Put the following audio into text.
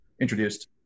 introduced